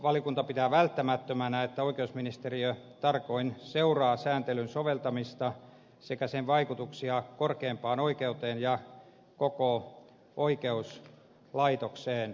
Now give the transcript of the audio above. lakivaliokunta pitää välttämättömänä että oikeusministeriö tarkoin seuraa sääntelyn soveltamista sekä sen vaikutuksia korkeimpaan oikeuteen ja koko oikeuslaitokseen